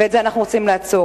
ואת זה אנחנו רוצים לעצור.